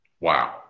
Wow